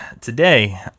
today